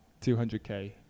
200K